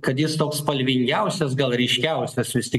kad jis toks spalvingiausias gal ryškiausias vis tik